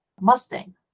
Mustang